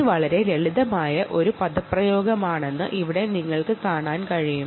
ഇത് വളരെ ലളിതമായി കണ്ടുപിടിക്കാൻ കഴിയും